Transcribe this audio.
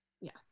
Yes